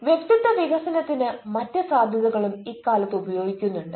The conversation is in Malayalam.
വ്യക്തിത്വ വികസനത്തിന് മറ്റ് സാധ്യതകളും ഇക്കാലത്ത് ഉപയോഗിക്കുന്നുണ്ട്